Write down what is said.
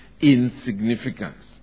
insignificance